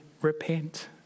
repent